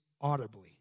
audibly